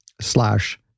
slash